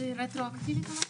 זה רטרואקטיבית?